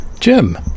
Jim